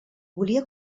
volia